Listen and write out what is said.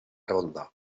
ronda